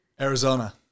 Arizona